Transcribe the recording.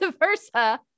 versa